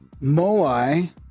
Moai